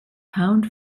pound